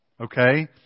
okay